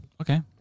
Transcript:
Okay